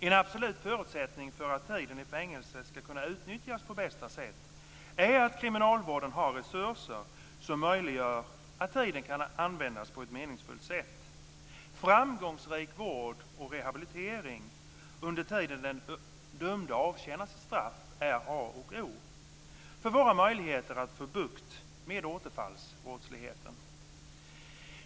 En absolut förutsättning för att tiden i fängelse ska kunna utnyttjas på bästa sätt är att kriminalvården har resurser som möjliggör att tiden kan användas på ett meningsfullt sätt. Framgångsrik vård och rehabilitering under tiden den dömde avtjänar sitt straff är A och O för våra möjligheter att få bukt med återfallsbrottsligheten.